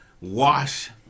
wash